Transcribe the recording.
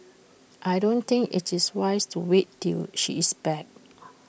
I don't think IT is wise to wait till she is back